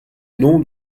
nom